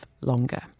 longer